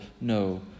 no